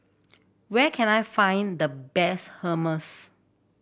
where can I find the best Hummus